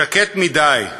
שקט מדי.